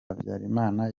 habyarimana